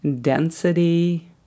density